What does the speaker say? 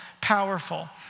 powerful